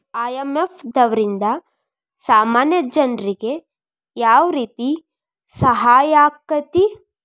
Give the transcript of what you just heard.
IMF ದವ್ರಿಂದಾ ಸಾಮಾನ್ಯ ಜನ್ರಿಗೆ ಯಾವ್ರೇತಿ ಸಹಾಯಾಕ್ಕತಿ?